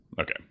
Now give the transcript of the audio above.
Okay